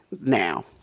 now